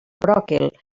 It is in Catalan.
bròquil